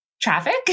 traffic